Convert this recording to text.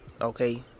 Okay